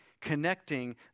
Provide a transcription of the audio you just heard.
connecting